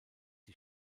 die